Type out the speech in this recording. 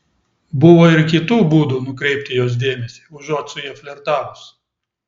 buvo ir kitų būdų nukreipti jos dėmesį užuot su ja flirtavus